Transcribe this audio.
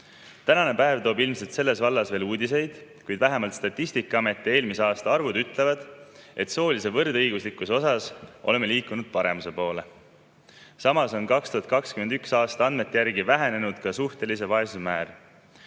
Tänane päev toob ilmselt selles vallas veel uudiseid, kuid vähemalt Statistikaameti eelmise aasta arvud ütlevad, et soolise võrdõiguslikkuse osas oleme liikunud paremuse poole. Ja 2021. aasta andmete järgi on suhtelise vaesuse määr